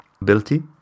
ability